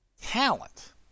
talent